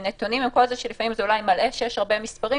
עם כל זה שאולי זה מלאה כשיש הרבה מספרים,